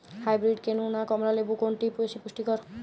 Hybrid কেনু না কমলা লেবু কোনটি বেশি পুষ্টিকর?